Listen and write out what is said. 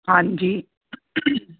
ਹਾਂਜੀ